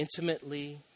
intimately